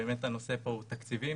בין שלושה לחמישה מיליוני שקלים.